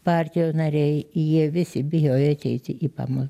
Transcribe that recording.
partijų nariai jie visi bijojo eiti į pama